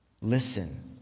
listen